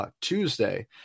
Tuesday